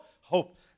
hope